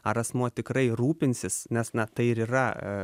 ar asmuo tikrai rūpinsis nes na tai ir yra